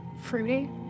fruity